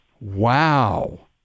Wow